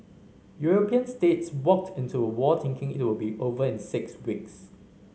European states walked into a war thinking it will be over in six weeks